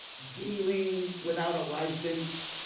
dealing without a license.